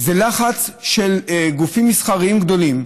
זה לחץ של גופים מסחריים גדולים,